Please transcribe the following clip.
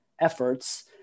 efforts